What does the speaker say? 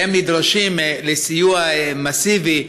שנדרש להם סיוע מסיבי,